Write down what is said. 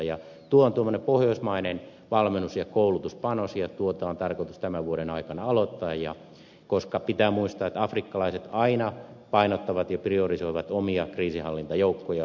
tuo on tuommoinen pohjoismainen valmennus ja koulutuspanos ja tuota on tarkoitus tämän vuoden aikana aloittaa koska pitää muistaa että afrikkalaiset aina painottavat ja priorisoivat omia kriisinhallintajoukkojaan